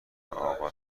اقا